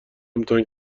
امتحان